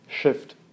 shift